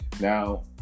Now